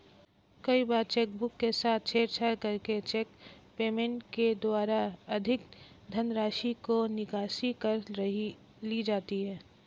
कई बार चेकबुक के साथ छेड़छाड़ करके चेक पेमेंट के द्वारा अधिक धनराशि की निकासी कर ली जाती है